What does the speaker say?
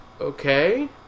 okay